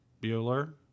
bueller